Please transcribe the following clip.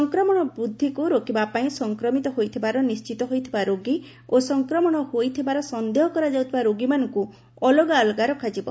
ସଂକ୍ରମଣ ବୃଦ୍ଧିକୁ ରୋକିବା ପାଇଁ ସଂକ୍ରମିତ ହୋଇଥିବାର ନିଶ୍ଚିତ ହୋଇଥିବା ରୋଗୀ ଓ ସଂକ୍ରମଣ ହୋଇଥିବାର ସନ୍ଦେହ କରାଯାଉଥିବା ରୋଗୀମାନଙ୍କୁ ଅଲଗା ଅଲଗା ରଖାଯିବ